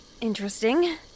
interesting